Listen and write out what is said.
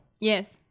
Yes